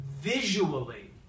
visually